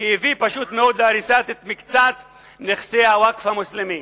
שהביא פשוט מאוד להריסת מקצת נכסי הווקף המוסלמי.